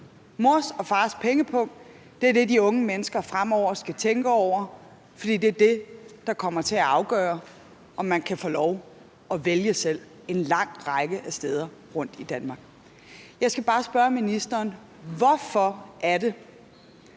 Mors og fars pengepung er det, de unge mennesker fremover skal tænke over, for det er det, der kommer til at afgøre, om de kan få lov at vælge selv en lang række steder rundtomkring i Danmark. Jeg skal bare spørge ministeren: Hvorfor er det,